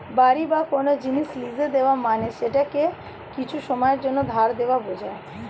বাড়ি বা কোন জিনিস লীজে দেওয়া মানে সেটাকে কিছু সময়ের জন্যে ধার দেওয়া বোঝায়